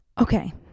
Okay